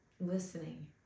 listening